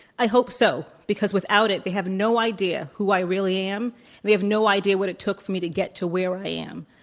i hope so, because without it, they have no idea who i really am. and they have no idea what it took for me to get to where i am.